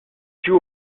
joue